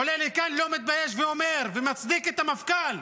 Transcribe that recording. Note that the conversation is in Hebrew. עולה לכאן, לא מתבייש ואומר ומצדיק את המפכ"ל,